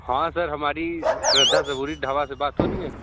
हाँ सर हमारी श्वेता सेवरी ढाबा से बात हो रही है